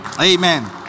Amen